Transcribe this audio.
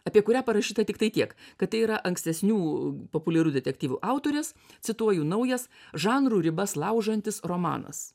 apie kurią parašyta tiktai tiek kad tai yra ankstesnių populiarių detektyvų autorius cituoju naujas žanrų ribas laužantis romanas